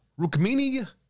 Rukmini